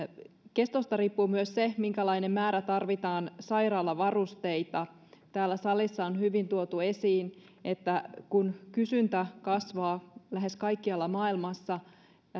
kestosta riippuu myös se minkälainen määrä sairaalavarusteita tarvitaan täällä salissa on hyvin tuotu esiin että kun kysyntä kasvaa lähes kaikkialla maailmassa